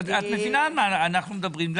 את מבינה על מה אנחנו מדברים.